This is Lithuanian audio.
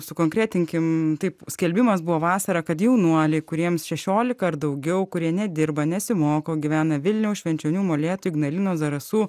sukonkretinkim taip skelbimas buvo vasarą kad jaunuoliai kuriems šešiolika ar daugiau kurie nedirba nesimoko gyvena vilniaus švenčionių molėtų ignalinos zarasų